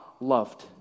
loved